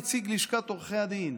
יושב שם נציג לשכת עורכי הדין,